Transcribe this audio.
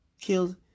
Killed